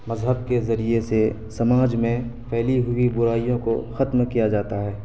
مذہب کے ذریعے سے سماج میں پھیلی ہوئی برائیوں کو ختم کیا جاتا ہے